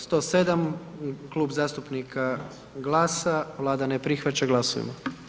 107, Klub zastupnika GLAS-a, Vlada ne prihvaća, glasujmo.